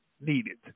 needed